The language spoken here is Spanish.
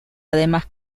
además